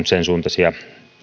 sensuuntaisia